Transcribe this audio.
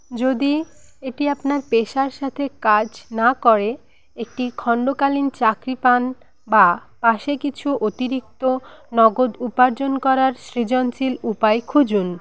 যদি এটি আপনার পেশার সাথে কাজ না করে একটি খণ্ডকালীন চাকরি পান বা পাশে কিছু অতিরিক্ত নগদ উপার্জন করার সৃজনশীল উপায় খুঁজুন